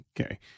okay